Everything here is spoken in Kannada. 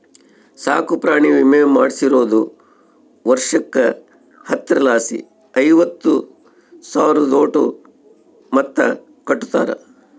ಸಾಕುಪ್ರಾಣಿ ವಿಮೆ ಮಾಡಿಸ್ದೋರು ವರ್ಷುಕ್ಕ ಹತ್ತರಲಾಸಿ ಐವತ್ತು ಸಾವ್ರುದೋಟು ಮೊತ್ತ ಕಟ್ಟುತಾರ